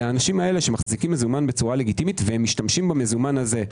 אנשים שמחזיקים מזומן בצורה לגיטימית ומשתמשים במזומן הזה.